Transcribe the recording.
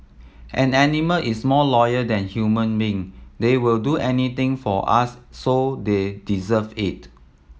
an animal is more loyal than human being they will do anything for us so they deserve it